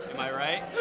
am i right?